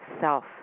self